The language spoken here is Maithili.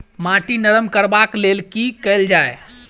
माटि नरम करबाक लेल की केल जाय?